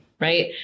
right